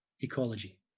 ecology